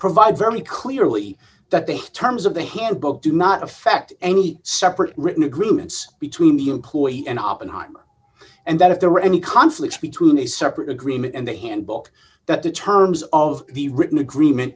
provide very clearly that the terms of the handbook do not affect any separate written agreements between the employee and oppenheimer and that if there were any conflicts between a separate agreement and the handbook that the terms of the written agreement